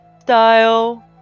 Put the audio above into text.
style